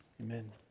amen